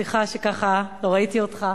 סליחה שלא ראיתי אותך,